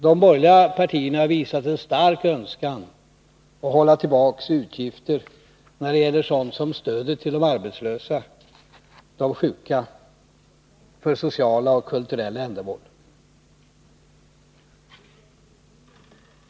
De borgerliga partierna har visat en stark önskan att hålla tillbaka utgifter när det gäller sådant som stödet till de arbetslösa, till sjuka, för sociala och kulturella ändamål.